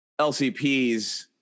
LCPs